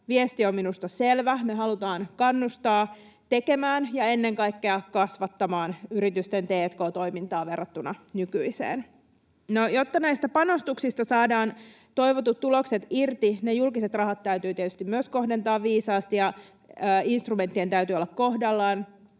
Viesti on minusta selvä: me halutaan kannustaa tekemään ja ennen kaikkea kasvattamaan yritysten t&k-toimintaa verrattuna nykyiseen. Jotta näistä panostuksista saadaan toivotut tulokset irti, ne julkiset rahat täytyy tietysti myös kohdentaa viisaasti ja instrumenttien täytyy olla kohdallaan.